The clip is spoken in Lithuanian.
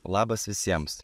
labas visiems